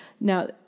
Now